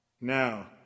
Now